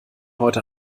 heute